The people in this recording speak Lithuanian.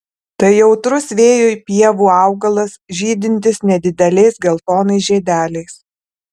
tai jautrus vėjui pievų augalas žydintis nedideliais geltonais žiedeliais